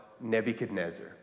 Nebuchadnezzar